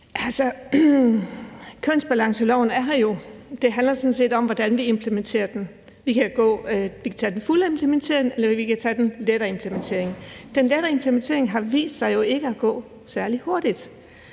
Kønsbalanceloven er her jo. Det handler sådan set om, hvordan vi implementerer den. Vi kan tage den fulde implementering, eller vi kan tage den lettere implementering. Den lettere implementering har jo vist sig ikke at gå særlig hurtigt.